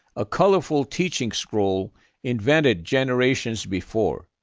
a colorful teaching scroll invented generations before.